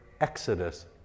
exodus